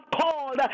called